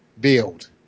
Build